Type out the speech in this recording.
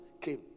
came